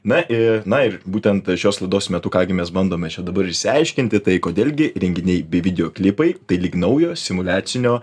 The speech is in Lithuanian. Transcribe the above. na ir na ir būtent šios laidos metu ką gi mes bandome čia dabar išsiaiškinti tai kodėl gi renginiai bei videoklipai tai lyg naujo simuliacinio